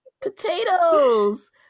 potatoes